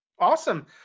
Awesome